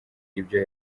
ibyo